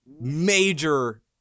major